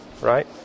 right